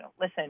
listen